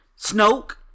Snoke